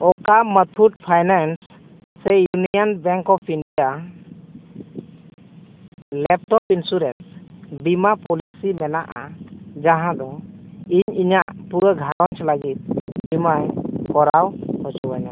ᱚᱠᱟ ᱢᱟᱛᱷᱩᱴ ᱯᱷᱟᱭᱱᱟᱭᱤᱱᱥ ᱥᱮ Union Bank of India laptop insurance ᱵᱤᱢᱟ ᱯᱚᱞᱤᱥᱤ ᱢᱮᱱᱟᱜᱼᱟ ᱡᱟᱦᱟᱸ ᱫᱚ ᱤᱧ ᱤᱧᱟᱹᱜ ᱯᱩᱨᱟᱹ ᱜᱷᱟᱨᱚᱸᱡᱽ ᱞᱟᱹᱜᱤᱫ ᱵᱤᱢᱟᱭ ᱠᱚᱨᱟᱣ ᱦᱚᱪᱚᱣᱟᱹᱧᱟᱹ